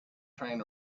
train